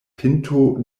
pinto